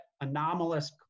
anomalous